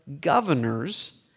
governors